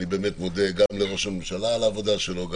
אני מודה לראש הממשלה על העבודה שלו,